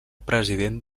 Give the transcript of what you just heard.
president